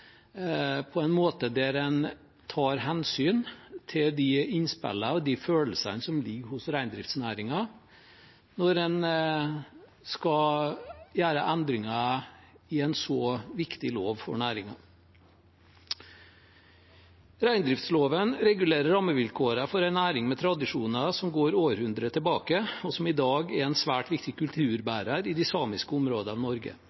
på en slik måte at man tar hensyn til innspillene fra og følelsene som er i reindriftsnæringen, når man gjør endringer i en så viktig lov for næringen. Reindriftsloven regulerer rammevilkårene for en næring med tradisjoner som går århundrer tilbake, og som i dag er en svært viktig kulturbærer i de samiske områdene av Norge.